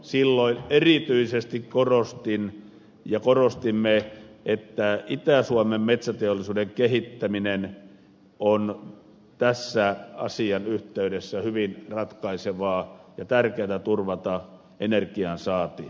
silloin erityisesti korostin ja korostimme että itä suomen metsäteollisuuden kehittäminen on tämän asian yhteydessä hyvin ratkaisevaa ja on tärkeätä turvata energiansaanti